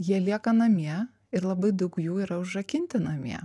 jie lieka namie ir labai daug jų yra užrakinti namie